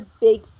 big